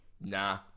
Nah